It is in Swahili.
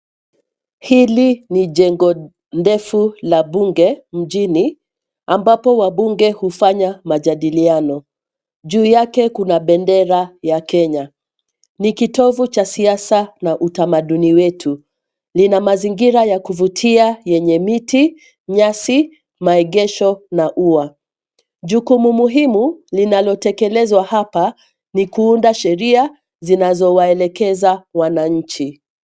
Hili ni jengo ndefu la bunge mjini ambapo wabunge hufanya majadiliano. Juu yake kuna bendera ya Kenya. Ni kitovu cha siasa na utamaduni wetu. Lina mazingira ya kuvutia yenye miti, nyasi, maegesho na ua. Jukumu muhimu linalotekelezwa hapa, ni kuunda sheria zinazowaelekeza wananchi.